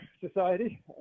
society